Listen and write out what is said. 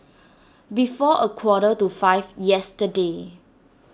before a quarter to five yesterday